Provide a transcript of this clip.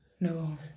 No